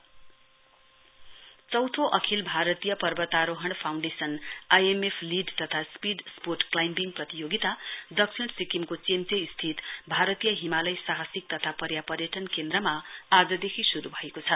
sport climbing competition चौंथो अखिल भारतीय पर्वतारोहण foundation I M F lead तथा स्पिड स्पोर्ट क्लाइम्बिङ प्रतियोगिता दक्षिण सिक्किमको चेम्चे स्थित भारतीय हिमालय साहसिक तथा पर्यापर्यटन केन्द्रमा आजदेखि शुरू भएको छ